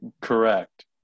Correct